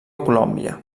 colòmbia